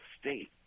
state